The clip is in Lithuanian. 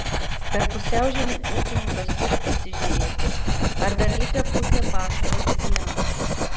per pusiaužiemį ūkininkas turi pasižiūrėti ar dar likę pusė pašaro gyvuliams